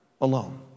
alone